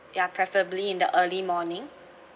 ya preferably in the early morning